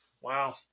Wow